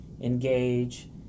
engage